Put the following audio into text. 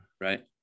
right